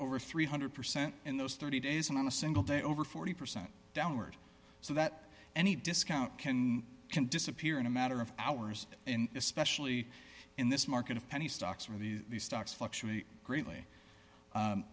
over three hundred percent in those thirty days and on a single day over forty percent downward so that any discount can can disappear in a matter of hours in especially in this market of penny stocks where these stocks fluctuate greatly